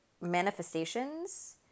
manifestations